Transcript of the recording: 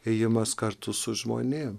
ėjimas kartu su žmonėm